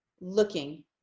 looking